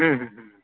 हूँ हूँ हूँ